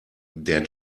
der